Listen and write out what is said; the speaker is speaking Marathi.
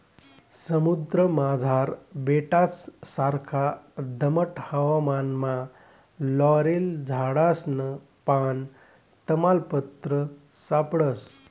समुद्रमझार बेटससारखा दमट हवामानमा लॉरेल झाडसनं पान, तमालपत्र सापडस